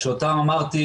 שאותן אמרתי,